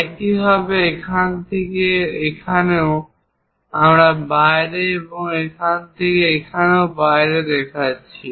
একইভাবে এখান থেকে এখানেও আমরা বাইরে এবং এখানে থেকে এখানেও বাইরে দেখাচ্ছি